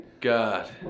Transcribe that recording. God